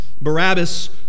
Barabbas